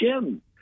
Jim